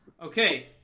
Okay